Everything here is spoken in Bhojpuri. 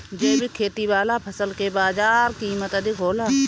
जैविक खेती वाला फसल के बाजार कीमत अधिक होला